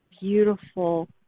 beautiful